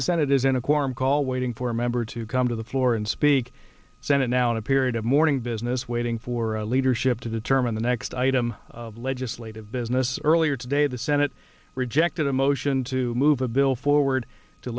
you it is in a quorum call waiting for a member to come to the floor and speak now in a period of mourning business waiting for leadership to determine the next item legislative business earlier today the senate rejected a motion to move a bill forward to